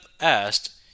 asked